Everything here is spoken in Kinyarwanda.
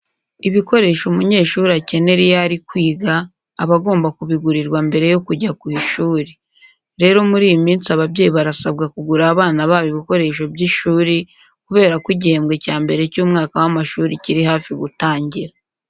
Ibikoresho umunyeshuri akenera iyo ari kwiga aba agomba kubigurirwa mbere yo kujya ku ishuri. Rero muri iyi minsi ababyeyi barasabwa kugurira abana babo ibikoresho by'ishuri kubera ko igihembwe cya mbere cy'umwaka w'amashuri kiri hafi gutangira.